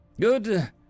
Good